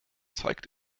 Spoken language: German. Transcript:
zeigt